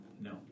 No